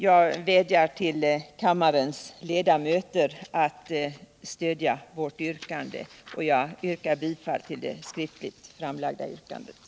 Jag vädjar till kammarens ledamöter att stödja vårt skriftligt framlagda yrkande, och jag yrkar bifall till detta.